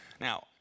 Now